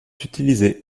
utilisée